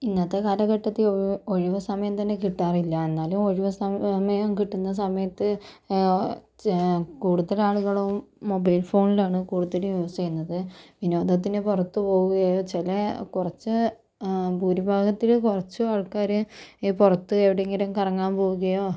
ഇന്നത്തെ കാലഘട്ടത്തിൽ ഒഴി ഒഴിവുസമയം തന്നെ കിട്ടാറില്ല എന്നാലും ഒഴിവുസമയം കിട്ടുന്ന സമയത്ത് കൂടുതലാളുകളും മൊബൈൽ ഫോണിലാണ് കൂടുതല് യൂസെയ്യുന്നത് വിനോദത്തിന് പുറത്തു പോവുകയോ ചില കുറച്ച് ഭൂരിഭാഗത്തിലെ കുറച്ചു ആൾക്കാരെ പുറത്ത് എവിടെയെങ്കിലും കറങ്ങാൻ പോവുകയോ